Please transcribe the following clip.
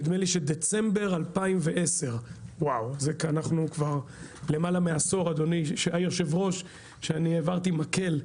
נדמה שמאז דצמבר 2010. אנחנו מעל עשור מאז שהעברתי את המקל.